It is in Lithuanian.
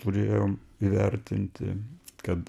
turėjom įvertinti kad